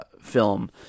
film